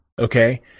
okay